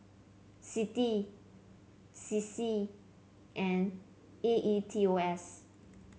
CITI C C and A E T O S